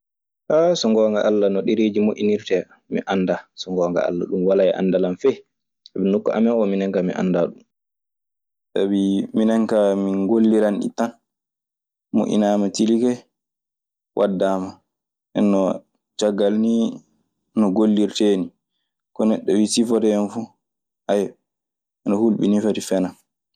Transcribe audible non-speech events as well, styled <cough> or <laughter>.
So ngoonga Alla no ɗeereeji mon jinirtee mi annda so ngoonga alla ɗum walaa e anndala. <hesitation> sabi nokku amen oo min anndaa ɗun. Sabii minen kaa min ngolliran ɗi tan. Moƴƴinaama tilike, waddaama. Nden non, caggal nii no gollirtee nii, ko neɗɗo wii sifoto hen fu, <hesitation> ana hulɓinii fati fena.